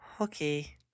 Okay